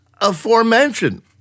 aforementioned